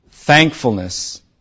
Thankfulness